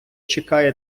чекає